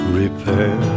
repair